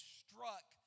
struck